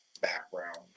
background